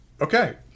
Okay